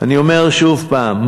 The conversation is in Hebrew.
אני אומר שוב פעם,